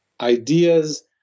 ideas